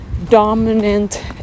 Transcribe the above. dominant